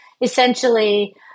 essentially